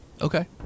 Okay